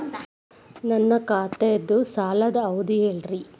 ನನ್ನ ಖಾತಾದ್ದ ಸಾಲದ್ ಅವಧಿ ಹೇಳ್ರಿ